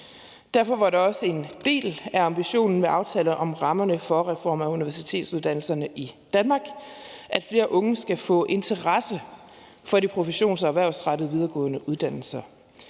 Derfor var det også en del af ambitionen med aftalen om rammerne for reform af universitetsuddannelserne i Danmark, at flere unge skal få interesse for de professions- og erhvervsrettede videregående uddannelser.